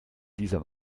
dieser